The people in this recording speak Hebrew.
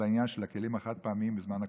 על העניין של הכלים החד-פעמיים בזמן הקורונה.